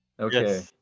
Okay